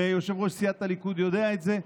ויושב-ראש סיעת הליכוד יודע את זה,